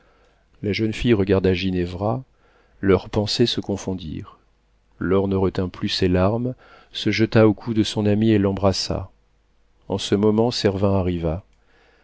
la jeune fille regarda ginevra leurs pensées se confondirent laure ne retint plus ses larmes se jeta au cou de son amie et l'embrassa en ce moment servin arriva